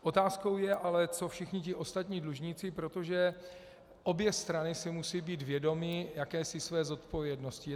Otázkou je ale, co všichni ostatní dlužníci, protože obě strany si musí být vědomi jakési své zodpovědnosti.